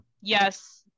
yes